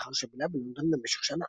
לאחר שבילה בלונדון במשך שנה.